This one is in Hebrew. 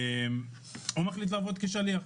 מחליט לעבוד כשליח.